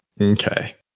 Okay